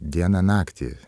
dieną naktį